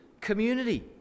Community